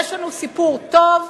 יש לנו סיפור טוב.